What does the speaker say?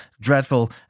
dreadful